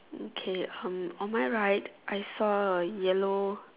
okay on on my right I saw a yellow